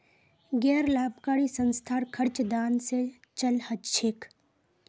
गैर लाभकारी संस्थार खर्च दान स चल छेक